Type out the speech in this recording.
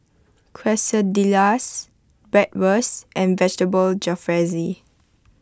Quesadillas Bratwurst and Vegetable Jalfrezi